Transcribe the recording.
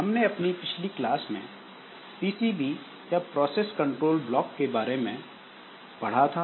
हमने अपनी पिछली क्लास में पीसीबी या प्रोसेस कंट्रोल ब्लॉक के बारे में पढ़ा था